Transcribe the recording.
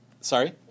Sorry